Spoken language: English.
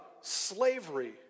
slavery